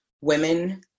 women